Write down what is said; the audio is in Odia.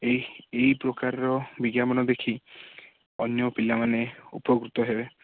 ଏଇ ଏଇ ପ୍ରକାରର ବିଜ୍ଞାପନା ଦେଖି ଅନ୍ୟ ପିଲାମାନେ ଉପକୃତ ହେବେ